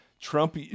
Trump